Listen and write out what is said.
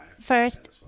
first